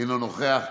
אינו נוכח,